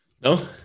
No